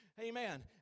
Amen